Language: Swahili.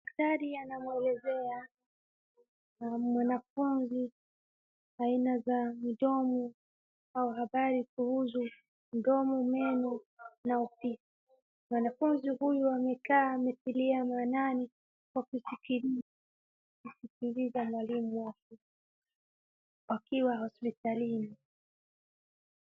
Daktari anamwelezea mwanafunzi aina za midomo au habari kuhusu mdomo, meno na utii, mwanafunzi huyu amekaa ametilia maanani kwa kusikiliza mwalimu wake akiwa hospitalini.